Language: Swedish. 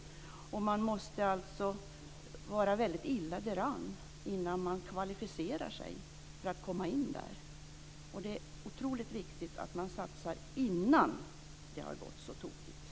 Man måste alltså vara väldigt illa däran innan man kvalificerar sig för att komma in där. Det är kolossalt viktigt att man satsar innan det har gått så tokigt. Tack, fru talman!